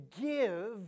give